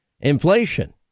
inflation